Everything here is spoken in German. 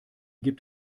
gibt